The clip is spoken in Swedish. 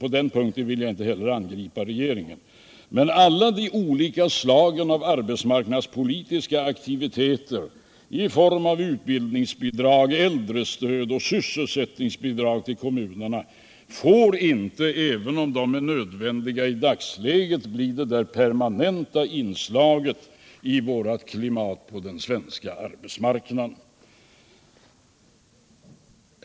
På den punkten vill jag inte heller anklaga regeringen, men alla de olika slagen av arbetsmarknadspolitiska aktiviteter i form av utbildningsbidrag, äldrestöd och sysselsättningsbidrag till kommunerna får inte, även om de är nödvändiga i dagsläget, bli permanenta inslag i vårt klimat på den svenska arbetsmarknaden.